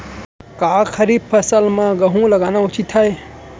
का खरीफ फसल म गेहूँ लगाना उचित है?